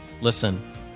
listen